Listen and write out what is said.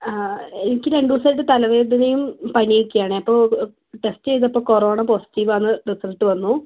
എനിക്ക് രണ്ട് ദിവസായിട്ട് തലവേദനയും പണിയും ഒക്കെ ആണ് അപ്പോൾ ടെസ്റ്റ് ചെയ്തപ്പോൾ കൊറോണ പോസിറ്റീവ് ആണെന്ന് റിസൾട്ട് വന്നു